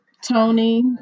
Tony